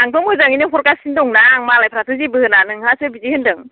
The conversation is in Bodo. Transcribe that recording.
आंथ' मोजाङैनो हरगासिनो दंना आं मालायफ्राथ' जेबो होना नोंहासो बिदि होनदों